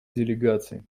делегации